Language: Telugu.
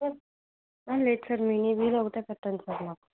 సర్ లేదు సర్ మినీవేన్ ఒకటే పెట్టండి సార్ మాకు